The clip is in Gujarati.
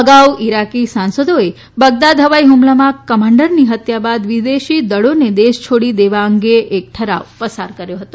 અગાઉ ઈરાકી સાંસદોએ બગદાદ ફવાઈ ફ્મલામાં કમાન્ડરની હત્યા બાદ વિદેશી દળોને દેશ છોડી દેવા અંગે ઠરાવ પસાર કર્યો હતો